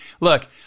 Look